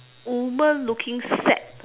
woman looking sad